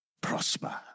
prosper